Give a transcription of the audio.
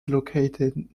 located